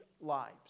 lives